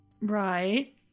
Right